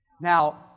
now